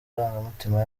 marangamutima